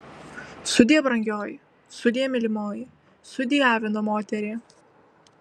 sudie brangioji sudie mylimoji sudie avino moterie